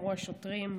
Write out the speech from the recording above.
אמרו השוטרים,